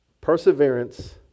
Perseverance